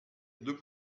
deux